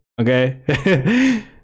okay